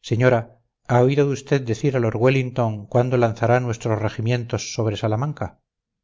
señora ha oído usted decir a lord wellington cuándo lanzará nuestros regimientos sobre salamanca